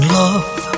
love